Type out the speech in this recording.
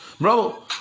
Bro